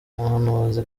umuhanuzi